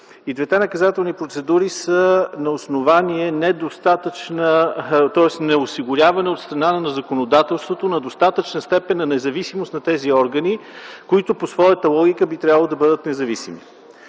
двете наказателни процедури са на основание неосигуряване от страна на законодателството на достатъчна степен на независимост на тези органи, които по своята логика би трябвало да бъдат независими.